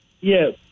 Yes